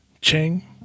Cheng